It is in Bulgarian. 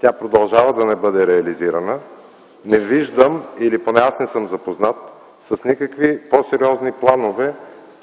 тя продължава да не бъде реализирана. Не виждам или поне аз не съм запознат с никакви по-сериозни планове